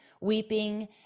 weeping